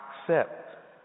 accept